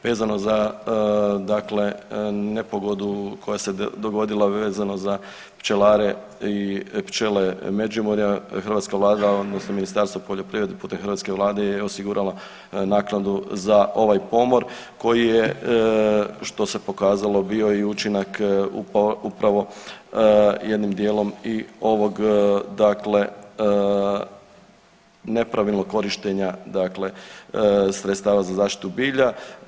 Vezano za dakle nepogodu koja se dogodila vezano za pčelare i pčele Međimurja hrvatska vlada odnosno Ministarstvo poljoprivrede putem hrvatske vlade je osigurala naknadu za ovaj pomor koji je što se pokazalo bio i učinak upravo jednim dijelom i ovog dakle nepravilnog korištenja dakle sredstava za zaštitu bilja.